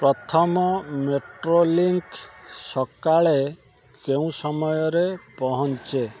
ପ୍ରଥମ ମେଟ୍ରୋଲିଙ୍କ୍ ସକାଳେ କେଉଁ ସମୟରେ ପହଞ୍ଚେ